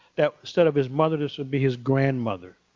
that, instead of his mother, this would be his grandmother.